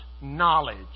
knowledge